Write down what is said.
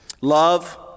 Love